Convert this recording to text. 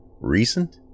recent